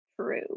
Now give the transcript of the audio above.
true